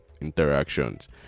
interactions